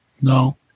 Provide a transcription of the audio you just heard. No